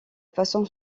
façon